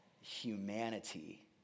humanity